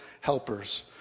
helpers